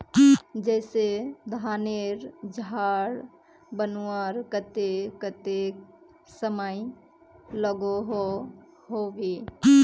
जैसे धानेर झार बनवार केते कतेक समय लागोहो होबे?